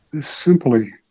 simply